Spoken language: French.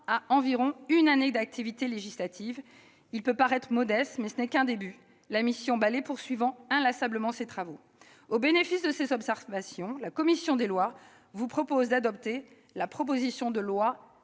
à environ une année d'activité législative. Il peut paraître modeste, mais ce n'est qu'un début, la mission Balai poursuivant inlassablement ses travaux. Mes chers collègues, au bénéfice de ces observations, la commission des lois vous propose d'adopter la proposition de loi